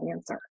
answer